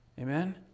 Amen